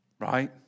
right